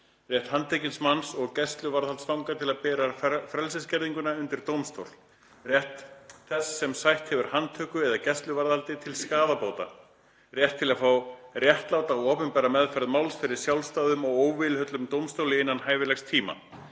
Rétt handtekins manns og gæsluvarðhaldsfanga til að bera frelsisskerðinguna undir dómstól. * Rétt þess sem sætt hefur handtöku eða gæsluvarðhaldi til skaðabóta. * Rétt til að fá réttláta og opinbera meðferð máls fyrir sjálfstæðum og óvilhöllum dómstóli innan hæfilegs tíma.